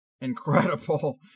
incredible